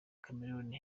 chameleone